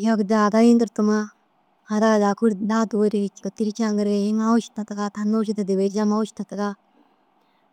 Iyoo gideru hadayi ndirtima hadaa dakir daha tûwerigi ôtu ri caŋgiriigi. Iŋa wôši dirtigaa tani wôši dede bêyi. Ji amma wôši tirtigaa